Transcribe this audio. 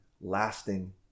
lasting